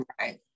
Right